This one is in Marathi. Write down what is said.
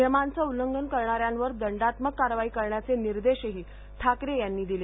नियमांचं उल्लंघन करणाऱ्यांवर दंडात्मक कारवाई करण्याचे निर्देशही ठाकरे यांनी दिले